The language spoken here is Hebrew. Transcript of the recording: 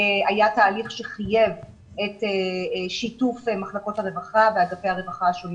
היה תהליך שחייב את שיתוף מחלקות הרווחה ואגפי הרווחה השונים